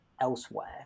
elsewhere